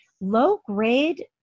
low-grade